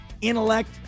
intellect